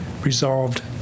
resolved